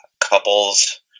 couples